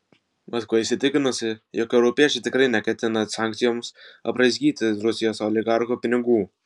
maskva įsitikinusi jog europiečiai tikrai neketina sankcijomis apraizgyti rusijos oligarchų pinigų